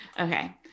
Okay